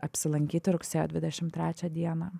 apsilankyti rugsėjo dvidešim trečią dieną